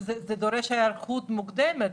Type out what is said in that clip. זה דורש היערכות מוקדמת.